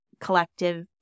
collective